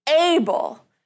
able